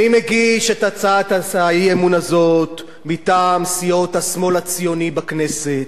אני מגיש את הצעת האי-אמון הזאת מטעם סיעות השמאל הציוני בכנסת,